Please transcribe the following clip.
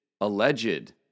alleged